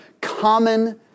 common